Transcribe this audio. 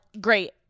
great